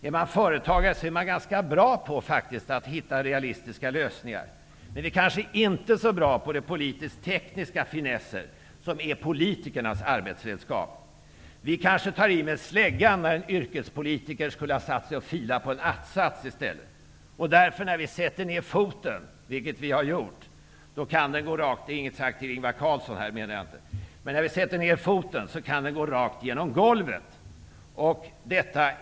Om man är företagare är man ganska bra på att hitta realistiska lösningar, men man är kanske inte så bra på politiska och tekniska finesser, vilka är politikernas arbetsredskap. Vi tar kanske i med släggan när en yrkespolitiker i stället skulle ha satt sig och filat på en att-sats. När vi sätter ner foten -- vilket vi har gjort -- kan den därför gå rakt genom golvet. Därmed inget sagt till Ingvar Carlsson, apropå foten.